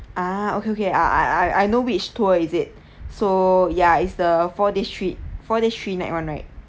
ah okay okay I I I know which tour is it so ya is the four days trip four days three night one right